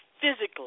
physically